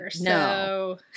no